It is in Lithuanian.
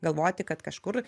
galvoti kad kažkur